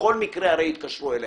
הרי בכל מקרה יתקשרו אליך.